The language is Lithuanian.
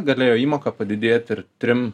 galėjo įmoka padidėt ir trim